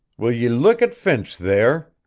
will ye look at finch, there?